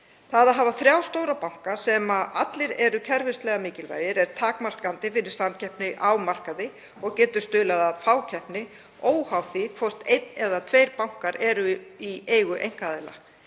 Það að hafa þrjá stóra banka sem allir eru kerfislega mikilvægir er takmarkandi fyrir samkeppni á markaði og getur stuðlað að fákeppni óháð því hvort einn eða tveir bankar eru í eigu einkaaðila.